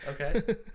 Okay